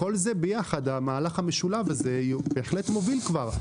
המהלך המשולב הזה בהחלט כבר מוביל.